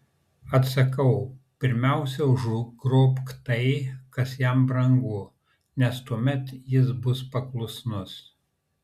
atsakau pirmiausia užgrobk tai kas jam brangu nes tuomet jis bus paklusnus